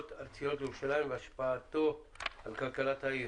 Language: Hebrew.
ארציות לירושלים והשפעתו על כלכלת העיר.